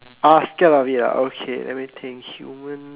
ah scared of it ah okay let me think human